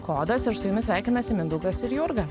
kodas ir su jumis sveikinasi mindaugas ir jurga